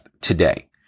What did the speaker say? today